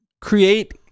create